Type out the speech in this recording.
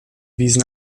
wiesen